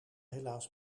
helaas